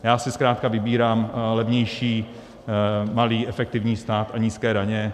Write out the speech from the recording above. Já si zkrátka vybírám levnější, malý efektivní stát a nízké daně.